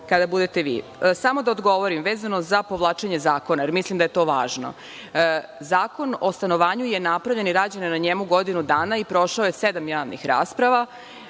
kada budete vi. Samo da odgovorim vezano za povlačenje zakona, jer mislim da je to važno. Zakon o stanovanju je napravljen i rađeno je na njemu godinu dana i prošao je sedam javnih rasprava.